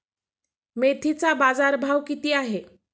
मेथीचा बाजारभाव किती आहे?